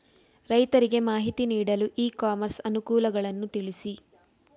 ರೈತರಿಗೆ ಮಾಹಿತಿ ನೀಡಲು ಇ ಕಾಮರ್ಸ್ ಅನುಕೂಲಗಳನ್ನು ತಿಳಿಸಿ?